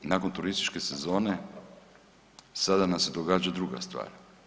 Nakon turističke sezone sada nam se događa druga stvar.